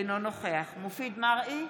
אינו נוכח מופיד מרעי,